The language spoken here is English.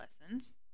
lessons